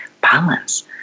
balance